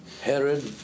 Herod